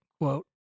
quote